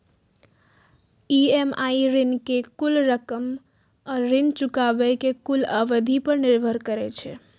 EMI ऋण के कुल रकम आ ऋण चुकाबै के कुल अवधि पर निर्भर करै छै